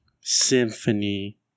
symphony